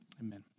Amen